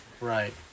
right